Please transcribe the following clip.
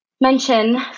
mention